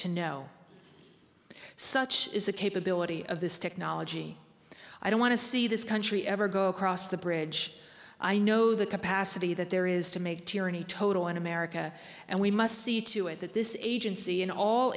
to know such is the capability of this technology i don't want to see this country ever go across the bridge i know the capacity that there is to make tyranny total in america and we must see to it that this is agency in all